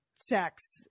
sex